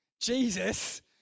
Jesus